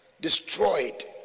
destroyed